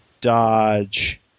Dodge